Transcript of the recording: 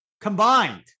combined